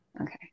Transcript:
Okay